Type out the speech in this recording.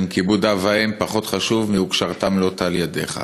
אם כיבוד אב ואם פחות חשוב מ"וקשרתם לאות על ידך".